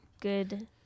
Good